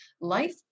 life